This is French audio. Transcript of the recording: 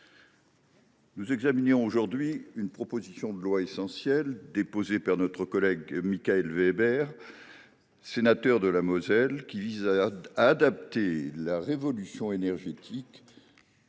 nous examinons aujourd’hui une proposition de loi essentielle, déposée par notre collègue Mikael Weber, sénateur de la Moselle, qui vise à adapter les enjeux de la rénovation énergétique